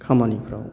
खामानिफ्राव